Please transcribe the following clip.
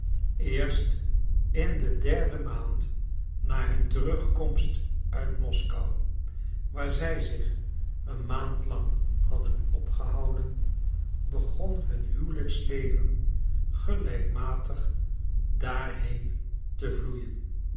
eerst in de derde maand na hun terugkomst uit moskou waar zij zich een maand lang hadden opgehouden begon hun huwelijksleven gelijkmatig daarheen te vloeien